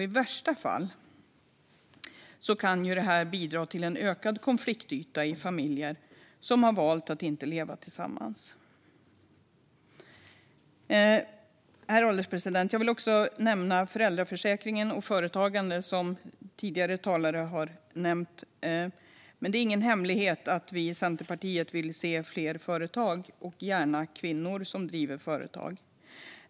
I värsta fall kan det bidra till en ökad konfliktyta i familjer som har valt att inte leva tillsammans. Herr ålderspresident! Jag vill också nämna föräldraförsäkringen och företagande, som också tidigare talare har nämnt. Det är ingen hemlighet att vi i Centerpartiet vill se fler företag och gärna fler kvinnor som driver företag.